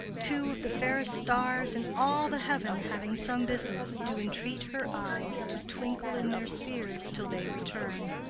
two of the fairest stars in all the heaven, having some business, do entreat her eyes to twinkle in their spheres till they return.